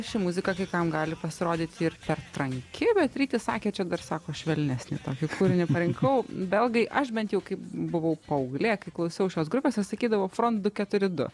ši muzika kai kam gali pasirodyti ir per tranki bet rytis sakė čia dar sako švelnesnį tokį kūrinį parinkau belgai aš bent jau kaip buvau paauglė kai klausiau šios grupės aš sakydavau front du keturi du